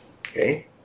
okay